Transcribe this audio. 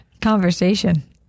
conversation